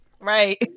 Right